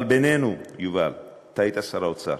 אבל בינינו, יובל, אתה היית שר האוצר,